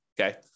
Okay